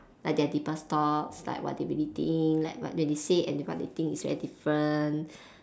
like their deepest thoughts like what they really think like what they say and what they think is very different